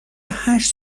هشت